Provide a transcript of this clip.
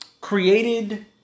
created